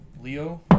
Leo